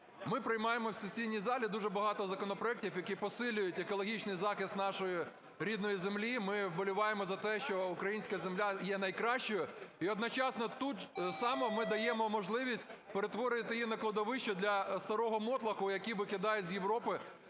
Ми приймаємо в сесійній залі дуже багато законопроектів, які посилюють екологічний захист нашої рідної землі. Ми вболіваємо за те, щоб українська земля є найкращою. І одночасно, тут само, ми даємо можливість перетворювати її на кладовище для старого мотлоху, який викидають з Європи